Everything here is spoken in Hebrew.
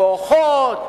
כוחות,